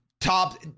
top